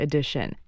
Edition